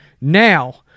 Now